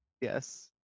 yes